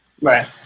Right